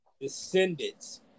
descendants